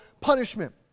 punishment